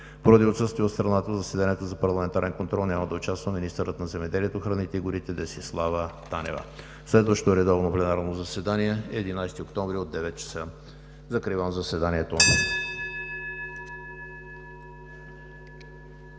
Поради отсъствие от страната в заседанието за парламентарен контрол няма да участва министърът на земеделието, храните и горите Десислава Танева. Следващото редовно пленарно заседание е утре, 11 октомври 2019 г., от 9,00 ч. Закривам заседанието.